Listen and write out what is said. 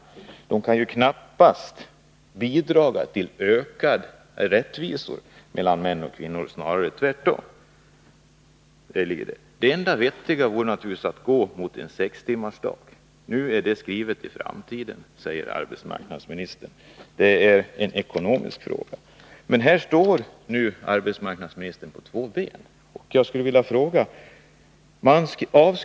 Det förslaget kan ju knappast bidra till ökad rättvisa mellan män och kvinnor, snarare tvärtom. Det enda vettiga vore naturligtvis att gå mot en sextimmarsdag. Nu är den frågan skjuten på framtiden, säger arbetsmarknadsministern. Det är en ekonomisk fråga. Här sitter nu arbetsmarknadsministern på två stolar, och jag skulle vilja ställa ett par frågor till honom.